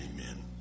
Amen